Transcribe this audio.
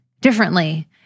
differently